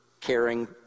caring